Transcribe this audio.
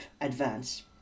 advance